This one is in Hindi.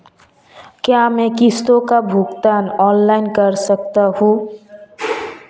क्या मैं किश्तों का भुगतान ऑनलाइन कर सकता हूँ?